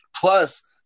Plus